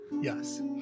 Yes